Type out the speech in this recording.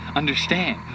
understand